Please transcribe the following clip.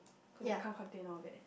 cause it can't contain all of it